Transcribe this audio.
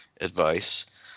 advice